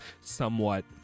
somewhat